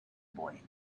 boy